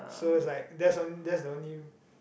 so it's like there's one there's the only